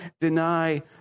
deny